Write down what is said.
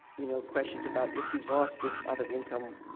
you know, questions about, if you lost this other income,